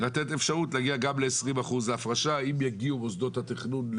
לתת אפשרות להגיע גם ל-20% הפרשה אם יגיעו מוסדות התכנון,